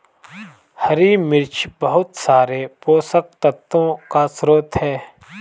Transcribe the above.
हरी मिर्च बहुत सारे पोषक तत्वों का स्रोत है